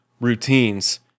routines